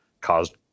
caused